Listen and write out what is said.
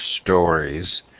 stories